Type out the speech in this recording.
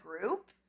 group